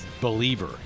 believer